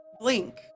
blink